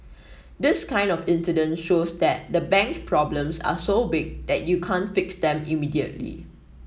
this kind of incident shows that the bank's problems are so big that you can't fix them immediately